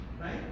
Right